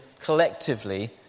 collectively